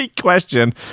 question